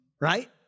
Right